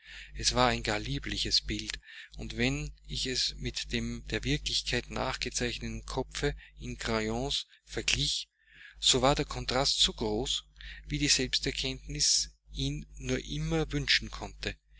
es war ein gar liebliches bild und wenn ich es mit dem der wirklichkeit nachgezeichneten kopfe in crayons verglich so war der kontrast so groß wie die selbsterkenntnis ihn nur immer wünschen konnte